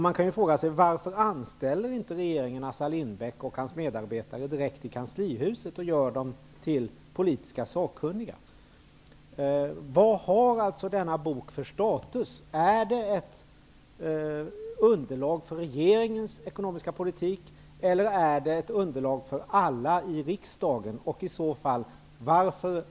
Man kan fråga sig varför regeringen inte anställer Assar Lindbeck och hans medarbetare direkt i kanslihuset och gör dem till politiskt sakkunniga. Vilken status har denna bok? Är den ett underlag för regeringens ekonomiska politik, eller är den ett underlag för alla i riksdagen?